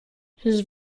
his